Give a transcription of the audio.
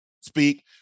speak